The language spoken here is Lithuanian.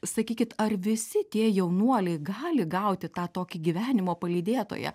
sakykit ar visi tie jaunuoliai gali gauti tą tokį gyvenimo palydėtoją